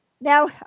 Now